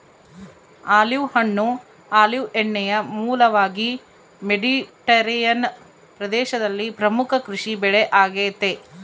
olive ಹಣ್ಣು olive ಎಣ್ಣೆಯ ಮೂಲವಾಗಿ ಮೆಡಿಟರೇನಿಯನ್ ಪ್ರದೇಶದಲ್ಲಿ ಪ್ರಮುಖ ಕೃಷಿಬೆಳೆ ಆಗೆತೆ